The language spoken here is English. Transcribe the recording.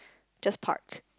just park